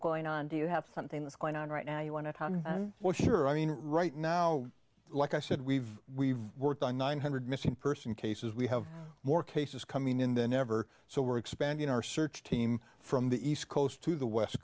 going on do you have something that's going on right now you want to comment on what you're i mean right now like i said we've we've worked on nine hundred dollars missing person cases we have more cases coming in than ever so we're expanding our search team from the east coast to the west